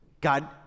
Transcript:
God